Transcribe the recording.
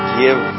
give